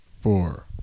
four